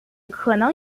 可能